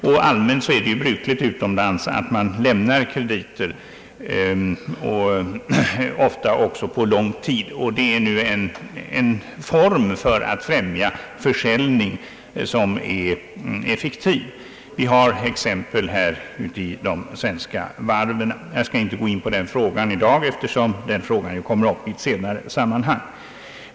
Utomlands är det ju allmänt brukligt att lämna krediter, ofta på lång tid, och det är en effektiv form för att främja försäljning. Vi har exempel härpå från de svenska varven. Jag skall inte gå in på den frågan i dag, eftersom den kommer upp i ett se nare sammanhang.